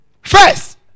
first